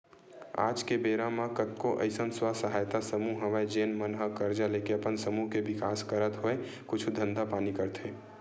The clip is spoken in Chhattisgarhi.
आज के बेरा म कतको अइसन स्व सहायता समूह हवय जेन मन ह करजा लेके अपन समूह के बिकास करत होय कुछु धंधा पानी करथे